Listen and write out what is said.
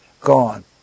gone